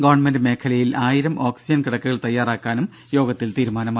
government മേഖലയിൽ ആയിരം oxygen കിടക്കകൾ തയ്യാറാക്കുവാനും യോഗത്തിൽ തീരുമാനമായി